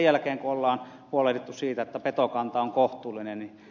ensin on huolehdittava siitä että petokanta on kohtuullinen